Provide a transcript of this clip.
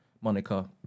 moniker